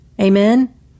Amen